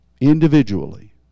individually